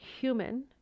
human